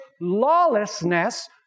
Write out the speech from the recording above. lawlessness